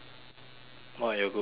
not your good friend